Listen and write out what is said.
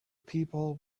people